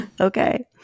Okay